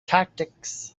tactics